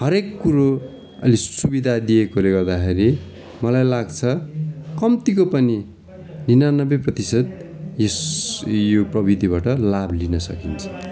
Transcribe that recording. हरएक कुरो अहिले सुविधा दिएकोले गर्दा खेरि मलाई लाग्छ कम्तीको पनि उनानब्बे प्रतिसत यस यो प्रविधिबाट लाभ लिन सकिन्छ